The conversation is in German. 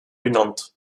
benannt